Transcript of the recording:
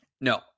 No